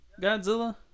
godzilla